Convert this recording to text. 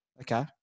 Okay